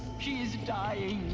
she is dying!